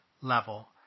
level